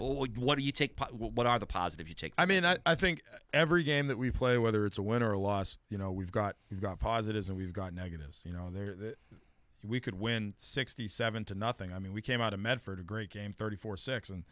well what do you take what are the positives you take i mean i think every game that we play whether it's a win or loss you know we've got we've got positives and we've got negatives you know there we could win sixty seven to nothing i mean we came out of medford a great game thirty four six and